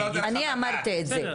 אני אמרתי את זה.